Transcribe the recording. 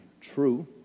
true